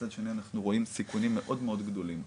מצד שני אנחנו רואים סיכונים מאוד מאוד גדולים,